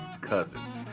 Cousins